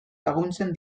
laguntzen